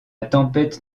tempête